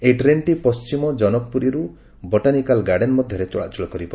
ଏହି ଟ୍ରେନ୍ଟି ପଣ୍ଟିମ ଜନକପୁରୀରୁ ବଟାନିକାଲ ଗାର୍ଡେନ ମଧ୍ୟରେ ଚଳାଚଳ କରିବ